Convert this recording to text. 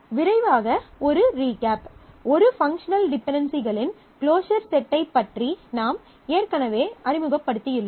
விரைவாக ஒரு ரீகேப் ஒரு பங்க்ஷனல் டிபென்டென்சிகளின் க்ளோஸர் செட்டைப் பற்றி நாம் ஏற்கனவே அறிமுகப்படுத்தியுள்ளோம்